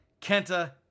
Kenta